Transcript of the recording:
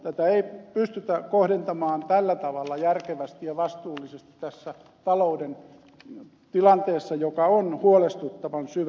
tätä ei pystytä kohdentamaan tällä tavalla järkevästi ja vastuullisesti tässä talouden tilanteessa joka on huolestuttavan syvä